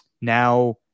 now